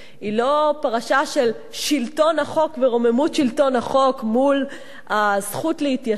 היא לא פרשה של שלטון החוק ורוממות שלטון החוק מול הזכות להתיישב.